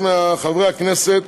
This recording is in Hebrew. מחברי הכנסת